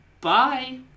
Bye